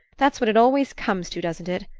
that's what it always comes to, doesn't it?